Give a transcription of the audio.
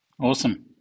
Awesome